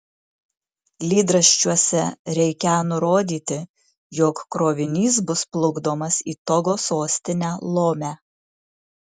lydraščiuose reikią nurodyti jog krovinys bus plukdomas į togo sostinę lomę